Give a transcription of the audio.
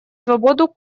свободу